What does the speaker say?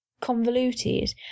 convoluted